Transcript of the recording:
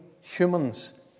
humans